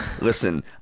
Listen